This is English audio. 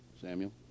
Samuel